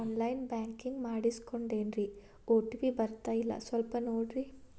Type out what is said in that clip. on line banking ಮಾಡಿಸ್ಕೊಂಡೇನ್ರಿ OTP ಬರ್ತಾಯಿಲ್ಲ ಸ್ವಲ್ಪ ನೋಡ್ರಿ